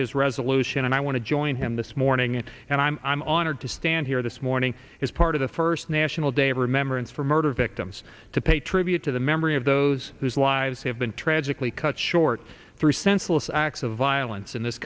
his resolution and i want to join him this morning and i'm on her to stand here this morning as part of the first national day of remembrance for murder victims to pay tribute to the memory of those whose lives have been tragically cut short through senseless acts of violence in this